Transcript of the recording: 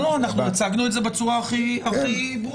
לא, אנחנו הצגנו את זה בצורה הכי ברורה.